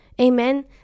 amen